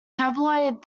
tabloid